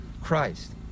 Christ